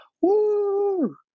woo